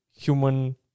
human